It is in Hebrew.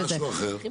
זה משהו אחר.